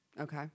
Okay